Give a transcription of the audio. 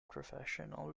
professional